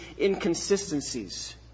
inconsistencies